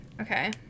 Okay